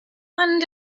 one